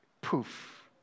poof